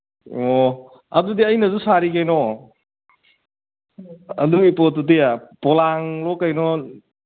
ꯑꯣ ꯑꯗꯨꯗꯤ ꯑꯩꯅꯁꯨ ꯁꯥꯔꯤ ꯀꯩꯅꯣ ꯑꯗꯨꯒꯤ ꯄꯣꯠꯇꯨꯗꯤ ꯄꯣꯂꯥꯡꯂꯣ ꯀꯩꯅꯣ